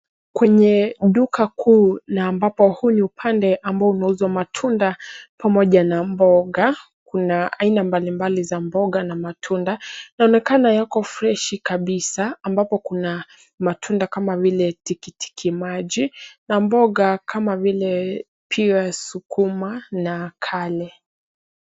Kwenye duka kuu na ambapo huyu pande ambaye unauzwa matunda pamoja na mboga. Kuna aina mbalimbali za mboga na matunda. Inaonekana yako freshi kabisa ambapo kuna matunda kama vile tikitiki maji na mboga kama vile piu ya sukuma na kale.